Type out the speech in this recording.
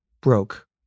broke